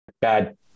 bad